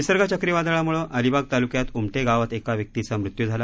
निसर्ग चक्रीवादळामुळं अलिबाग तालुक्यात उमटे गावात एका व्यक्तीचा मृत्यू झाला